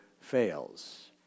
fails